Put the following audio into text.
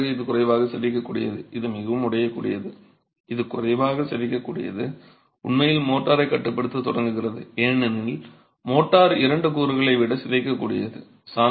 கொத்து அலகு இது குறைவாக சிதைக்கக்கூடியது இது மிகவும் உடையக்கூடியது இது குறைவாக சிதைக்கக்கூடியது உண்மையில் மோர்டாரை கட்டுப்படுத்தத் தொடங்குகிறது ஏனெனில் மோர்டார் இரண்டு கூறுகளை விட சிதைக்கக்கூடியது